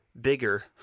bigger